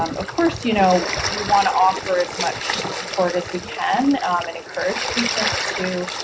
um of course you know we want to offer as much support as we can and encourage patients to